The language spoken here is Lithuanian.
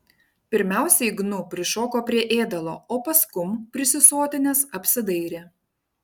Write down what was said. pirmiausiai gnu prišoko prie ėdalo o paskum prisisotinęs apsidairė